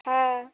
হ্যাঁ